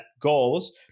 goals